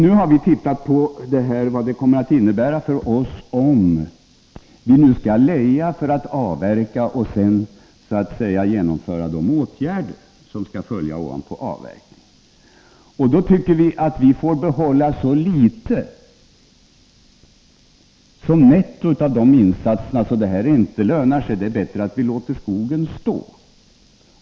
Vi har nu sett på vad det kommer att innebära för oss, om vi nu skall leja för att avverka och sedan genomföra de åtgärder som skall följa efter avverkningen. Då tycker vi att vi får behålla så litet som netto av de här insatserna att det inte lönar sig. Det är bättre att vi låter skogen stå.